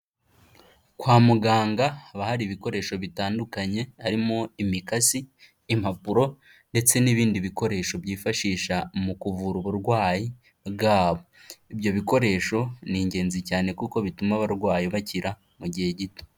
Kwa muganga haba hari ibikoresho bitandukanye, harimo imikasi, impapuro ndetse n'ibindi bikoresho byifashisha mu kuvura uburwayi bwabo, ibyo bikoresho ni ingenzi cyane kuko bituma abarwayi bakira mu gihe gito.